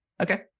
Okay